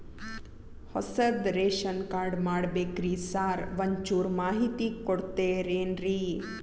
ಹೊಸದ್ ration card ಮಾಡ್ಬೇಕ್ರಿ sir ಒಂಚೂರ್ ಮಾಹಿತಿ ಕೊಡ್ತೇರೆನ್ರಿ?